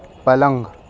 پلنگ